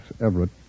Everett